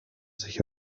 sich